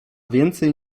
więcej